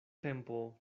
tempo